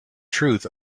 truth